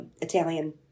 Italian